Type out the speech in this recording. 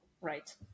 right